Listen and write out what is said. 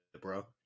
bro